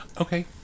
okay